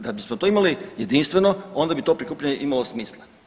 Da bismo to imali jedinstveno onda bi to prikupljanje imalo smisla.